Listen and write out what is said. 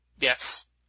Yes